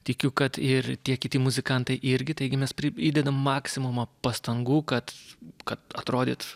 tikiu kad ir tie kiti muzikantai irgi taigi mes įdedam maksimumą pastangų kad kad atrodyt